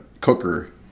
cooker